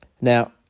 Now